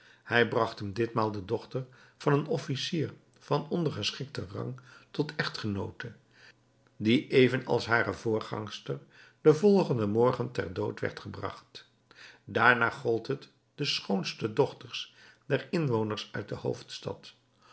hij bragt hem dit maal de dochter van een officier van ondergeschikten rang tot echtgenoote die even als hare voorgangster den volgenden morgen ter dood werd gebragt daarna gold het de schoonste dochters der inwoners uit de hoofdstad